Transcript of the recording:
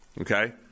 Okay